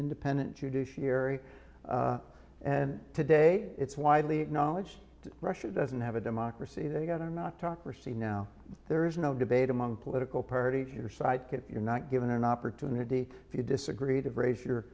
independent judiciary and today it's widely acknowledged russia doesn't have a democracy they got to not talk or see now there is no debate among political parties or site that you're not given an opportunity if you disagree to raise your